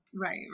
Right